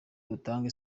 dutange